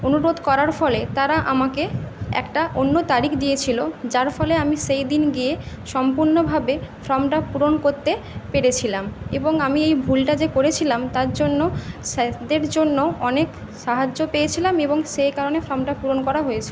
অনুরোধ করার ফলে তাঁরা আমাকে একটা অন্য তারিখ দিয়েছিলো যার ফলে আমি সেই দিন গিয়ে সম্পূর্ণভাবে ফর্মটা পূরণ করতে পেরেছিলাম এবং আমি এই ভুলটা যে করেছিলাম তার জন্য স্যারদের জন্য অনেক সাহায্য পেয়েছিলাম এবং সেই কারণে ফ্রমটা পূরণ করা হয়েছিল